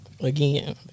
again